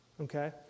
okay